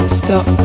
stop